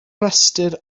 rhestr